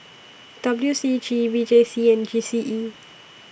W C G V J C and G C E